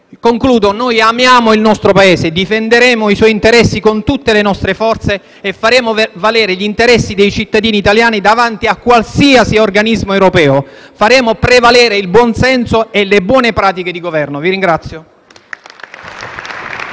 europea. Noi amiamo il nostro Paese, difenderemo i suoi interessi con tutte le nostre forze e faremo valere gli interessi dei cittadini italiani davanti a qualsiasi organismo europeo. Faremo prevalere il buon senso e le buone pratiche di governo. *(Applausi